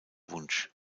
wunsch